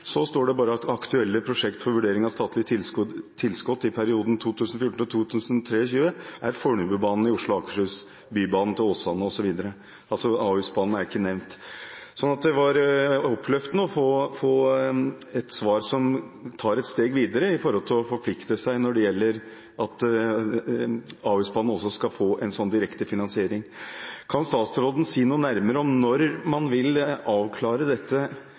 står det bare: «Aktuelle prosjekt for vurdering av statleg tilskot i perioden 2014–2023 er Fornebubanen i Oslo og Akershus, Bybanen til Åsane Ahusbanen er ikke nevnt. Det var oppløftende å få et svar som tar et steg videre med hensyn til å forplikte seg til at også Ahusbanen skal få en slik direkte finansiering. Kan statsråden si noe nærmere om når man vil avklare dette,